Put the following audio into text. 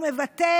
מבטא